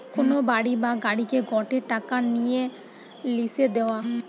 কোন বাড়ি বা গাড়িকে গটে টাকা নিয়ে লিসে দেওয়া